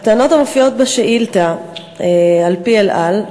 הטענות המופיעות בשאילתה, על-פי "אל על",